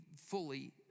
fully